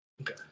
Okay